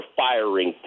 firing